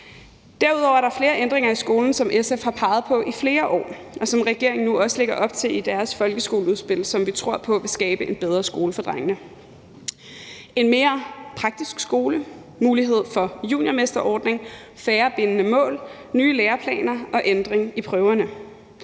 Derudover er der flere ændringer i skolen, som SF har peget på i flere år, og som regeringen nu også lægger op til i deres folkeskoleudspil, og det mener vi vil skabe en bedre skole for drengene. Her tænker jeg påen mere praktisk skole, mulighed for juniormesterordning, færre bindende mål, nye læreplaner og ændring af prøverne.